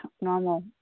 normal